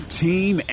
team